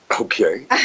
okay